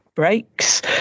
breaks